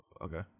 Okay